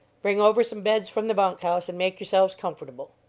bring over some beds from the bunk-house and make yourselves comfortable.